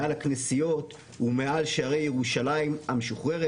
מעל הכנסיות ומעל שערי ירושלים המשוחררת.